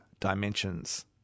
dimensions